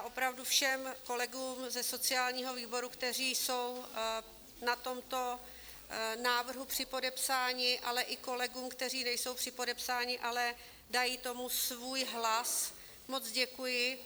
Opravdu všem kolegům ze sociálního výboru, kteří jsou na tomto návrhu připodepsáni, ale i kolegům kteří nejsou připodepsáni, ale dají tomu svůj hlas, moc děkuji.